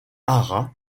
hara